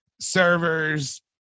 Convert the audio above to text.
servers